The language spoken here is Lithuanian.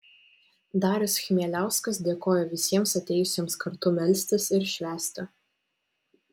darius chmieliauskas dėkojo visiems atėjusiems kartu melstis ir švęsti